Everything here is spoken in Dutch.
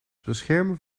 beschermen